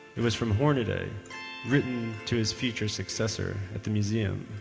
it was from hornaday written to his future successor at the museum